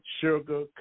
sugar